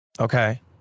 Okay